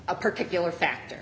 a particular factor